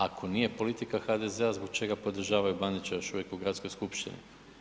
Ako nije politika HDZ-a zbog čega podržavaju Bandića još uvijek u gradskoj skupštini?